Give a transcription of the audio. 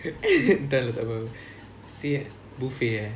tak tak tak apa say buffet ya